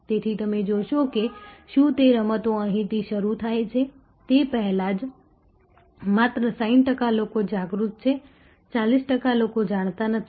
તેથી તમે જોશો કે શું તે રમતો અહીંથી શરૂ થાય છે તે પહેલા જ માત્ર 60 ટકા લોકો જાગૃત છે 40 ટકા લોકો જાણતા નથી